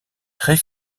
très